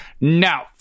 Now